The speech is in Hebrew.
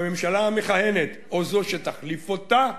בממשלה המכהנת או זו שתחליף אותה,